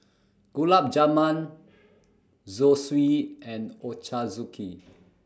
Gulab Jamun Zosui and Ochazuke